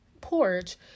porch